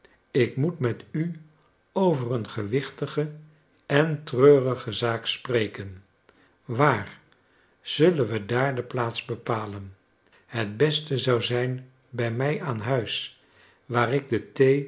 ik moet met u over een gewichtige en treurige zaak spreken waar zullen we daar de plaats bepalen het beste zou zijn bij mij aan huis waar ik de